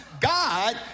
God